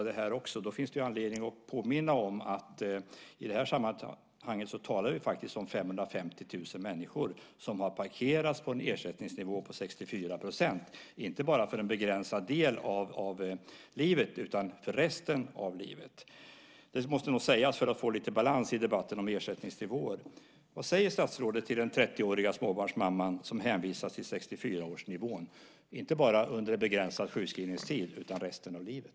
Därför finns det anledning att påminna om att vi i det här sammanhanget faktiskt talar om 555 000 som parkerats på en ersättningsnivå på 64 %, inte bara för en begränsad del av livet utan för resten av livet. Detta måste nog sägas för att få lite balans i debatten om ersättningsnivåer. Vad säger statsrådet till den 30-åriga småbarnsmamman som hänvisas till 64-procentsnivån inte bara under en begränsad sjukskrivningstid utan resten av livet?